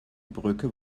brücke